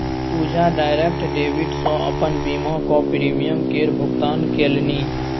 पूजा direct debit सँ अपन बीमाक प्रीमियम केर भुगतान केलनि